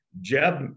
Jeb